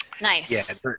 Nice